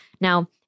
now